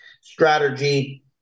Strategy